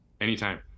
Anytime